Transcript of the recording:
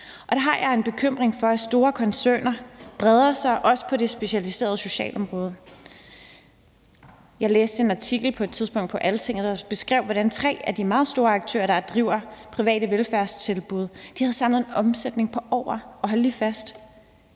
Der har jeg en bekymring for, at store koncerner breder sig også på det specialiserede socialområde. Jeg læste på et tidspunkt en artikel på Altinget, der beskrev, hvordan tre af de meget store aktører, der driver private velfærdstilbud, har en samlet omsætning på over – og hold lige fast